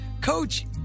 Coach